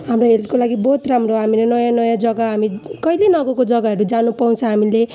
हाम्रो हेल्थको लागि बहुत राम्रो हामीले नयाँ नयाँ जगा हामी कहिले नगएको जगाहरू जानु पाउँछौँ हामीले